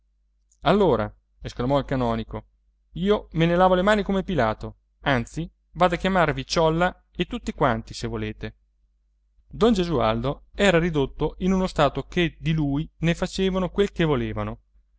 allora esclamò il canonico io me ne lavo le mani come pilato anzi vado a chiamarvi ciolla e tutti quanti se volete don gesualdo era ridotto in uno stato che di lui ne facevano quel che volevano